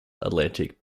atlantic